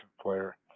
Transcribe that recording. player